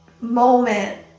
moment